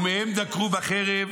ומהם דקרו בחרב,